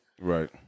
Right